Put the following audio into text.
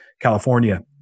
California